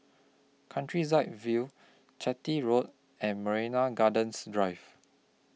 Countryside View Chitty Road and Marina Gardens Drive